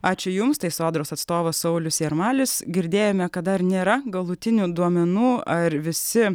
ačiū jums tai sodros atstovas saulius jarmalis girdėjome kad dar nėra galutinių duomenų ar visi